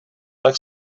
tak